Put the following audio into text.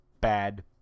bad